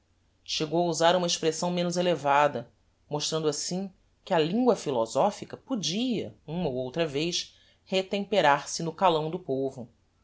chegou a usar uma expressão menos elevada mostrando assim que a lingua philosophica podia uma ou outra vez retemperar se no calão do povo